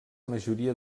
majoria